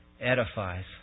Edifies